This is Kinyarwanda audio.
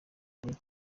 muri